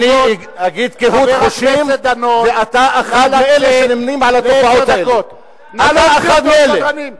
חבר הכנסת דנון, אני קורא לך לסדר פעם שלישית.